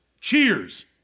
Cheers